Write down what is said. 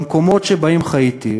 במקומות שבהם חייתי,